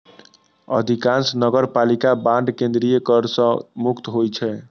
अधिकांश नगरपालिका बांड केंद्रीय कर सं मुक्त होइ छै